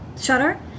shutter